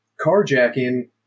carjacking